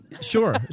Sure